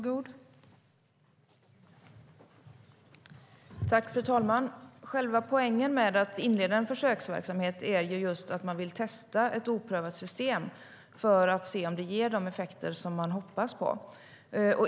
Fru talman! Själva poängen med att inleda en försöksverksamhet är ju att man vill testa ett oprövat system för att se om det ger de effekter man hoppas på.